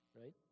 right